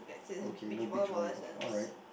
okay no beach volleyball alright